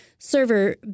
Server